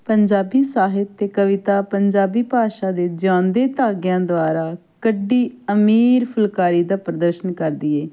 ਪੰਜਾਬੀ ਸਾਹਿਤ ਅਤੇ ਕਵਿਤਾ ਪੰਜਾਬੀ ਭਾਸ਼ਾ ਦੇ ਜਿਉਂਦੇ ਧਾਗਿਆਂ ਦੁਆਰਾ ਕੱਢੀ ਅਮੀਰ ਫੁਲਕਾਰੀ ਦਾ ਪ੍ਰਦਰਸ਼ਨ ਕਰਦੀ ਏ